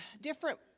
different